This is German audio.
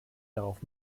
darauf